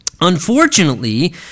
unfortunately